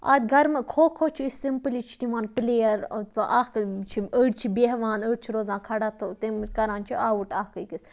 اَتھ گرمہٕ کھو کھو چھِ أسۍ سمپٕلی چھِ تِمن پٕلیر اکھ چھِ ٲڑۍ چھِ بیٚہوان ٲڑۍ چھِ روزان کھڑا تہٕ تمہِ کَران چھِ اَوُٹ اکھ أکِس